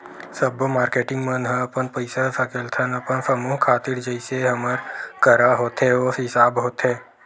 सब्बो मारकेटिंग मन ह हमन पइसा सकेलथन अपन समूह खातिर जइसे हमर करा होथे ओ हिसाब होथे